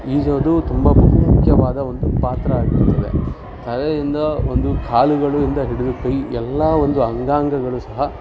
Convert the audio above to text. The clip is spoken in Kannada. ಈಜೋದು ತುಂಬ ಬಹು ಮುಖ್ಯವಾದ ಒಂದು ಪಾತ್ರ ಆಗಿರುತ್ತದೆ ತಲೆಯಿಂದ ಒಂದು ಕಾಲುಗಳು ಇಂದ ಹಿಡಿದು ಕೈ ಎಲ್ಲ ಒಂದು ಅಂಗಾಂಗಗಳು ಸಹ